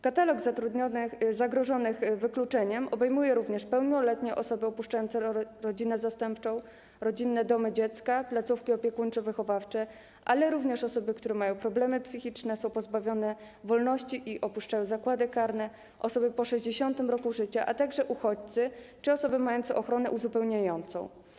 Katalog zagrożonych wykluczeniem obejmuje również pełnoletnie osoby opuszczające rodzinę zastępczą, rodzinne domy dziecka, placówki opiekuńczo-wychowawcze, ale również osoby, które mają problemy psychiczne, są pozbawione wolności i opuszczają zakłady karne, osoby po 60. roku życia, a także uchodźców czy osoby mające ochronę uzupełniającą.